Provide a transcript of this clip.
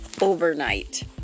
overnight